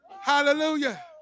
hallelujah